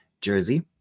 jersey